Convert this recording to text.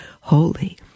holy